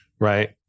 Right